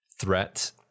threat